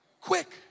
quick